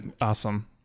Awesome